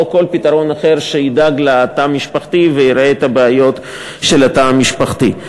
או כל פתרון אחר שידאג לתא המשפחתי ויראה את הבעיות של התא המשפחתי.